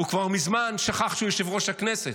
הוא כבר מזמן שכח שהוא יושב-ראש הכנסת.